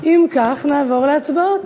אם כך, נעבור להצבעות.